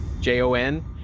j-o-n